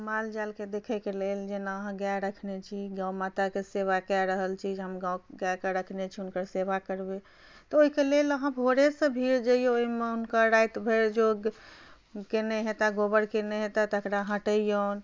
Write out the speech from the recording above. मालजालके देखैके लेल जेना अहाँ गाइ रखने छी गउ माताके सेवा कऽ रहल छी जे हम गउके गउके रखने छी हुनकर सेवा करबै तऽ ओहिके लेल अहाँ भोरेसँ भिड़ जइऔ ओहिमे हुनकर राति भरि केने हेता गोबर केने हेता तेकरा हटैऔ